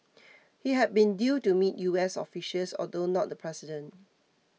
he had been due to meet U S officials although not the president